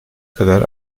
kadar